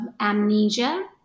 amnesia